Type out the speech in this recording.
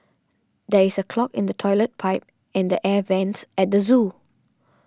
there is a clog in the Toilet Pipe and the Air Vents at the zoo